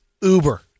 Uber